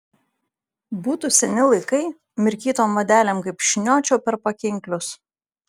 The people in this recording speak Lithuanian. būtų seni laikai mirkytom vadelėm kaip šniočiau per pakinklius